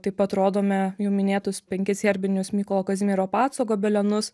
taip pat rodome jau minėtus penkis herbinius mykolo kazimiero paco gobelenus